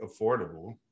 affordable